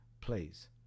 please